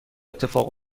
اتفاق